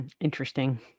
interesting